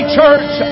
church